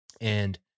and-